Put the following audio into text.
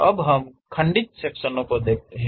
अब हम खंडित सेक्शनो को देखते हैं